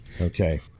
okay